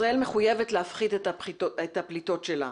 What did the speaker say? ישראל מחויבת להפחית את הפליטות שלה.